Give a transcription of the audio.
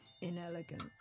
Inelegant